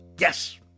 Yes